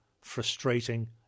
frustrating